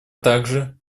также